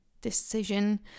decision